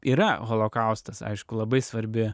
yra holokaustas aišku labai svarbi